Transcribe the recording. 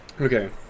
Okay